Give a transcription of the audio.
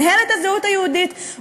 מינהלת הזהות היהודית,